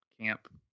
camp